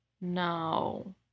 No